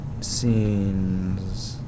Scenes